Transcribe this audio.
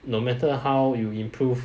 no matter how you improve